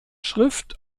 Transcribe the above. schrift